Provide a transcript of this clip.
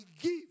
give